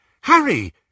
Harry